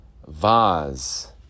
vase